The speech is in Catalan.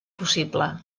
possible